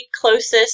closest